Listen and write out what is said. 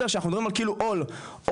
שאנחנו כאילו מדברים על עול מסוים,